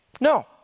No